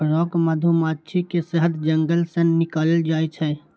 rock मधुमाछी के शहद जंगल सं निकालल जाइ छै